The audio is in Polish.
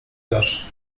dasz